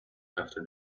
after